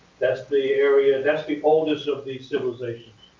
that's the area. and that's the oldest of the civilizations.